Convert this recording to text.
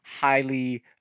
highly